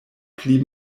pli